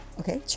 okay